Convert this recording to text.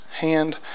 hand